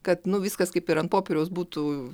kad nu viskas kaip ir ant popieriaus būtų